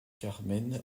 carmen